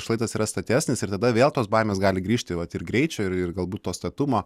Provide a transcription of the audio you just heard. šlaitas yra statesnis ir tada vėl tos baimės gali grįžti vat ir greičio ir ir galbūt to statumo